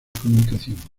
comunicación